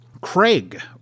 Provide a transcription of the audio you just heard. Craig